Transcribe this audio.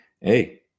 hey